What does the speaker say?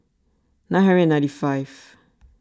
nine hundred ninety five